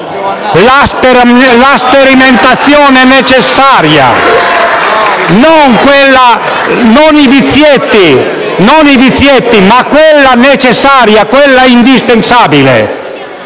La sperimentazione necessaria: non le degenerazioni, ma quella necessaria, quella indispensabile.